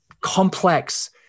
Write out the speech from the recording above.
complex